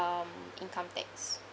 income tax